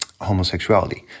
homosexuality